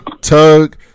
Tug